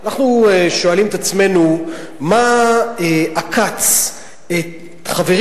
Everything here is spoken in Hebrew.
אנחנו שואלים את עצמנו מה עקץ חברים